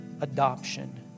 adoption